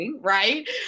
right